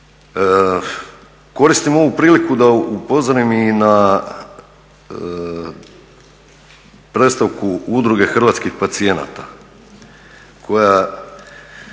Koristim ovu priliku da upozorim i na predstavku Udruge hrvatskih pacijenata koja